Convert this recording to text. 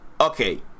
Okay